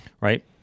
Right